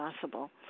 possible